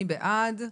מי בעד?